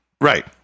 right